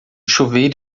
chuveiro